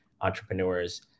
entrepreneurs